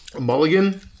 Mulligan